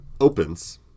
opens